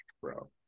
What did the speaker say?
bro